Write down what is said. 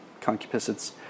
concupiscence